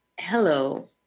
hello